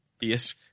Yes